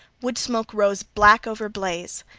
wood-smoke rose black over blaze,